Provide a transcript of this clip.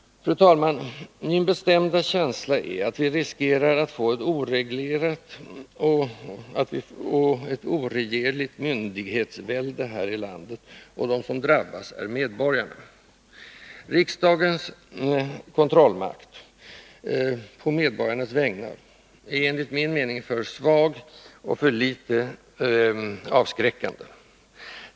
Fru talman! Min bestämda känsla är att vi riskerar att få ett oreglerat och ett oregerligt myndighetsvälde här i landet. De som drabbas är medborgarna. Riksdagens kontrollmakt på medborgarnas vägnar är enligt min mening för svag och för litet avskräckande.